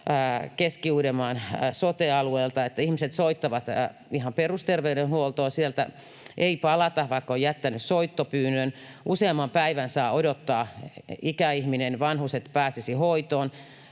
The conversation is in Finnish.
Keski-Uudenmaan sote-alueelta. Ihmiset soittavat ihan perusterveydenhuoltoon. Sieltä ei palata, vaikka on jättänyt soittopyynnön. Useamman päivän saa odottaa ikäihminen, vanhus, että pääsisi hoitoon.